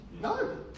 No